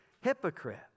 Hypocrite